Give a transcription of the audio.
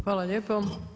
Hvala lijepo.